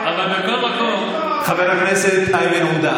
חבר הכנסת איימן עודה,